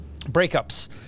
breakups